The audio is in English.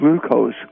glucose